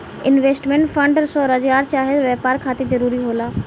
investment fund स्वरोजगार चाहे व्यापार खातिर जरूरी होला